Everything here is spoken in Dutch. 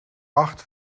acht